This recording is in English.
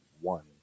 one